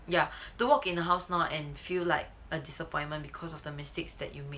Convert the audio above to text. ya to walk in the house now and feel like a disappointment because of the mistakes that you made